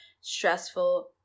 stressful